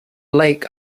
lake